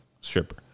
Stripper